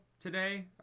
today